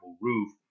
roof